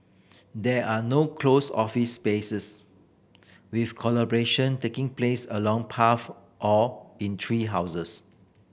there are no closed office spaces with collaboration taking place along path or in tree houses